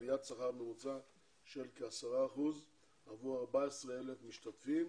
עליית שכר ממוצעת של כ-10 אחוזים עבור 14,000 משתתפים.